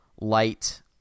light